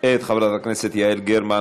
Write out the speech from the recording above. את חברת הכנסת יעל גרמן,